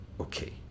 okay